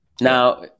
Now